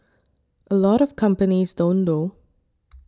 a lot of companies don't though